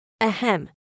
Ahem